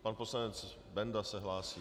Pan poslanec Benda se hlásí.